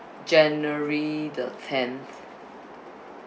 january the tenth